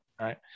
right